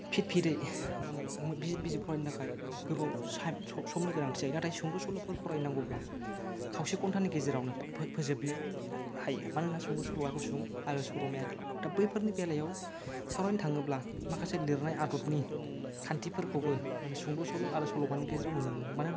पिथ पिथयै मा होनो बिजिर बिजिर फरायनो थाखाय गोबाव समनि गोनांथि जायो नाथाय सुंद' सल'फोर फराय नांगौब्ला खावसे घम्टानि गेजेरावनो फोजोबनो हायो मानो होनोबा सुंद' सल'वा गुसुं आरो सल'माया गोलाव दा बैफोरनि बेलायाव सावरायनो थाङोब्ला माखासे लेरनाय आदबनि खान्थिफोरखौबो नों सुंद' सल' अरो सल'मानि गेजेराव नुनो मोनो मानोना